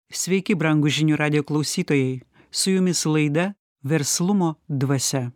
sveiki brangūs žinių radijo klausytojai su jumis laida verslumo dvasia